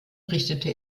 richtete